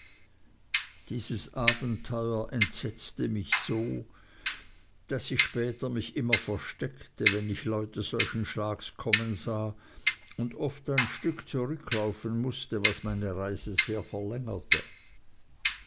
dieses abenteuer entsetzte mich so daß ich später mich immer versteckte wenn ich leute solchen schlages kommen sah und oft ein stück zurücklaufen mußte was meine reise sehr verlängerte